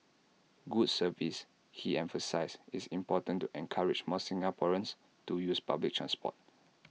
good service he emphasised is important to encourage more Singaporeans to use public transport